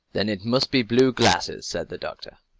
then it must be blue glasses, said the doctor.